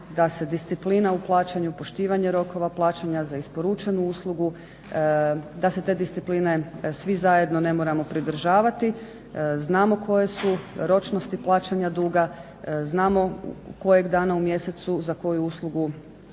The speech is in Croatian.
da se disciplina u plaćanju, poštivanje rokova plaćanja za isporučenu uslugu da se te discipline svi zajedno ne moramo pridržavati. Znamo koje su ročnosti plaćanja duga, znamo kojeg dana u mjesecu za koju uslugu se